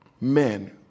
men